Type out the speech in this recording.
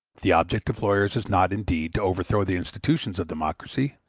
the object of lawyers is not, indeed, to overthrow the institutions of democracy,